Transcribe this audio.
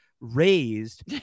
raised